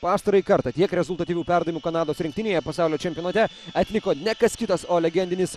pastarąjį kartą tiek rezultatyvių perdavimų kanados rinktinėje pasaulio čempionate atliko ne kas kitas o legendinis